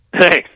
Thanks